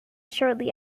shortly